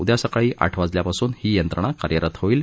उद्या सकाळी आठ वाजल्यापासून ही यंत्रणा कार्यरत होईल